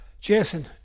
Jason